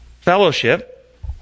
Fellowship